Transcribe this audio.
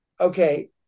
okay